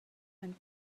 and